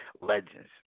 Legends